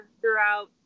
throughout